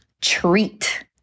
Treat